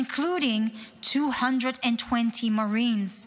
including 220 Marines.